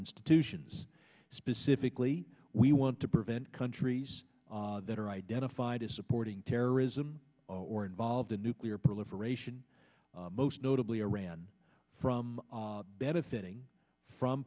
institutions specifically we want to prevent countries that are identified as supporting terrorism or involved in nuclear proliferation most notably iran from benefiting from